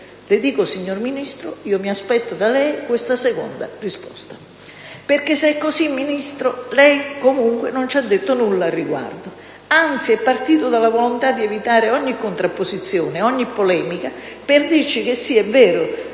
le dico che mi aspetto da lei questa seconda risposta). Se così è, Ministro, lei comunque nulla ci ha detto al riguardo. Anzi, è partito dalla volontà di evitare ogni contrapposizione, ogni polemica, per dirci che, sì, è vero,